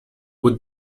would